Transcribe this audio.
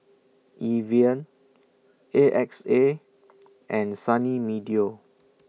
Evian A X A and Sunny Meadow